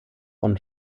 und